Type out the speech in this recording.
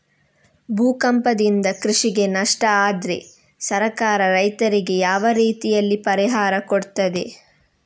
ಭೂಕಂಪದಿಂದ ಕೃಷಿಗೆ ನಷ್ಟ ಆದ್ರೆ ಸರ್ಕಾರ ರೈತರಿಗೆ ಯಾವ ರೀತಿಯಲ್ಲಿ ಪರಿಹಾರ ಕೊಡ್ತದೆ?